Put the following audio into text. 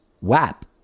WAP